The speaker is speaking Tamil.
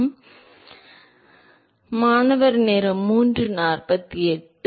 டெல்டா டெல்டா t ஐ விட அதிகமாக இருந்தால் பிராண்டல் எண்ணின் தன்மை என்னவாக இருக்கும் என்று வைத்துக்கொள்வோம்